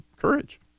courage